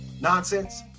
nonsense